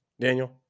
Daniel